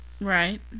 Right